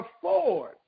afford